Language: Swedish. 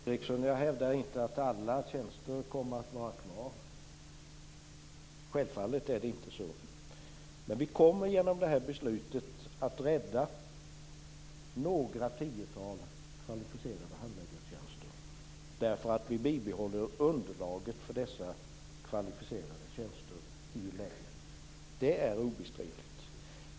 Herr talman! Nej, jag hävdar inte att alla tjänster kommer att vara kvar. Självfallet är det inte så. Men genom det här beslutet kommer vi att rädda några tiotal kvalificerade handläggartjänster, eftersom underlaget för dessa tjänster bibehålls. Det är obestridligt.